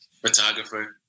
photographer